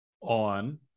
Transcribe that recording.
On